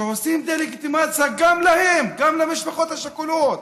שעושים דה-לגיטימציה גם להן, גם למשפחות השכולות.